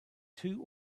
two